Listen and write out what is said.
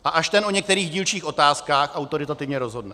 A až ten o některých dílčích otázkách autoritativně rozhodne.